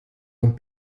und